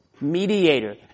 mediator